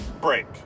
break